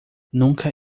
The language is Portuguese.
nunca